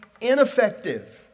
ineffective